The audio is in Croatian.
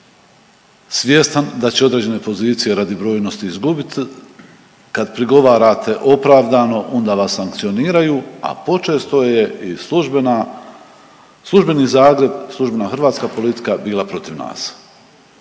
svjestan da će određene pozicije radi brojnosti izgubit, kad prigovarate opravdano onda vas sankcioniraju, a počesto je i službena, službeni Zagreb, službena hrvatska politika bila protiv nas.